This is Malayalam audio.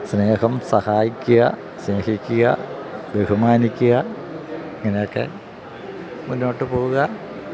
സ്നേഹം സഹായിക്കുക സ്നേഹിക്കുക ബഹുമാനിക്കുക ഇങ്ങനെയൊക്കെ മുന്നോട്ട് പോവുക